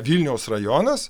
vilniaus rajonas